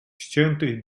ściętych